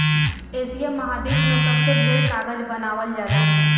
Asia महाद्वीप में सबसे ढेर कागज बनावल जाला